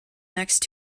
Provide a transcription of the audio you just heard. next